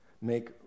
make